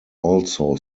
also